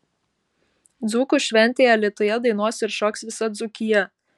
dzūkų šventėje alytuje dainuos ir šoks visa dzūkija